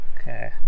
Okay